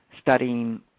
studying